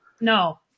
No